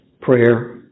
Prayer